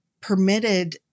permitted